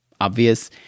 obvious